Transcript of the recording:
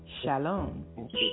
Shalom